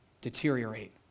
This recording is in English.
deteriorate